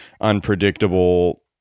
unpredictable